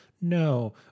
No